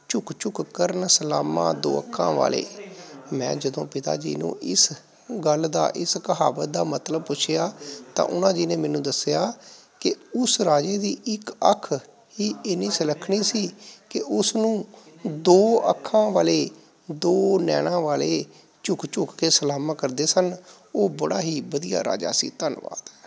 ਝੁੱਕ ਝੁੱਕ ਕਰਨ ਸਲਾਮਾਂ ਦੋ ਅੱਖਾਂ ਵਾਲੇ ਮੈਂ ਜਦੋਂ ਪਿਤਾ ਜੀ ਨੂੰ ਇਸ ਗੱਲ ਦਾ ਇਸ ਕਹਾਵਤ ਦਾ ਮਤਲਬ ਪੁੱਛਿਆ ਤਾਂ ਉਹਨਾਂ ਜੀ ਨੇ ਮੈਨੂੰ ਦੱਸਿਆ ਕਿ ਉਸ ਰਾਜੇ ਦੀ ਇੱਕ ਅੱਖ ਹੀ ਇੰਨੀ ਸੁਲੱਖਣੀ ਸੀ ਕਿ ਉਸ ਨੂੰ ਦੋ ਅੱਖਾਂ ਵਾਲੇ ਦੋ ਨੈਣਾਂ ਵਾਲੇ ਝੁੱਕ ਝੁੱਕ ਕੇ ਸਲਾਮਾਂ ਕਰਦੇ ਸਨ ਉਹ ਬੜਾ ਹੀ ਵਧੀਆ ਰਾਜਾ ਸੀ ਧੰਨਵਾਦ